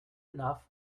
enough